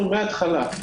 אנחנו מהתחלה,